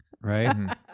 right